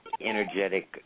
energetic